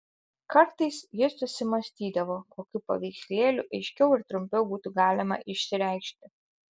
kartais jis susimąstydavo kokiu paveikslėliu aiškiau ir trumpiau būtų galima išsireikšti